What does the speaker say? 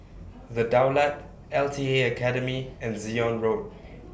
The Daulat L T A Academy and Zion Road